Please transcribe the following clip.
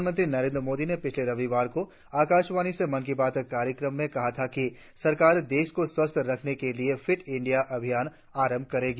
प्रधानमंत्री नरेंद्र मोदी ने पिछले रविवार को आकाशवाणी से मन की बात कार्यक्रम में कहा था कि सरकार देश को स्वस्थ रखने के लिए फिट इंडिया अभियान आरंभ करेगी